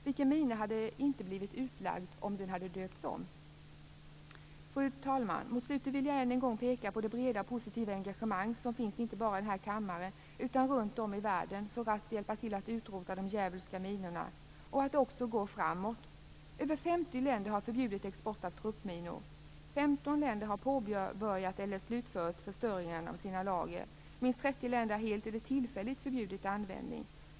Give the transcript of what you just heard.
Vilken mina hade inte blivit utlagd om den hade döpts om? Fru talman! Mot slutet av mitt anförande vill jag än en gång peka på det breda positiva engagemang som finns inte bara i den här kammaren utan runt om i världen för att hjälpa till att utrota de djävulska minorna och att det också går framåt. Över 50 länder har förbjudit export av truppminor. 15 länder har påbörjat eller slutfört förstöringen av sina lager. Minst 30 länder har helt eller tillfälligt förbjudit användning.